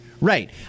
Right